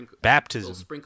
baptism